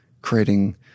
creating